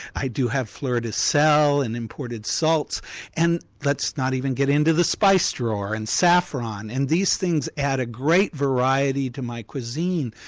i do have fleur de sel, and imported salts and let's not even get into the spice drawer and saffron. and these things add a great variety to my cuisine,